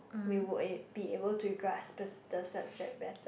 we would be able to grasp the the subject better